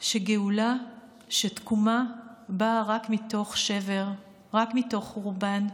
שגאולה, תקומה, באה רק מתוך שבר, רק מתוך חורבן.